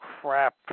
crap